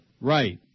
Right